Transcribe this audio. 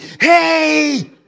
hey